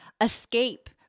escape